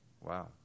Wow